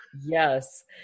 Yes